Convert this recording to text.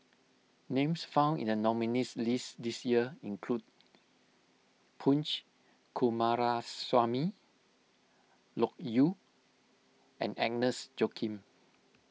names found in the nominees' list this year include Punch Coomaraswamy Loke Yew and Agnes Joaquim